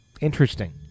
interesting